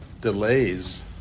delays